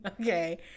Okay